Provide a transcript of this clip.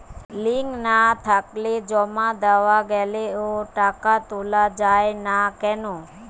Link না থাকলে জমা দেওয়া গেলেও টাকা তোলা য়ায় না কেন?